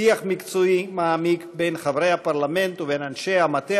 שיח מקצועי מעמיק בין חברי פרלמנט ובין אנשי המטה